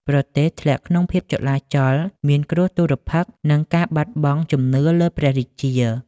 ប្រទេសធ្លាក់ក្នុងភាពចលាចល មានគ្រោះទុរ្ភិក្ស និងការបាត់បង់ជំនឿលើព្រះរាជា។